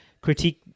critique